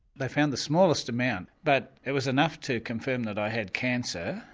they found the smallest amount, but it was enough to confirm that i had cancer.